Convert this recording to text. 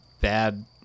bad